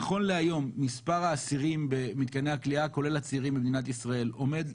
נכון להיום מספר האסירים במתקני הכליאה כולל עצירים במדינת ישראל עומד,